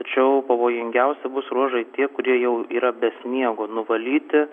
tačiau pavojingiausi bus ruožai tie kurie jau yra be sniego nuvalyti